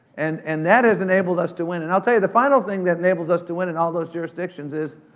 and and that has enabled us to win. and i'll tell you the final thing that enables us to win in all those jurisdictions is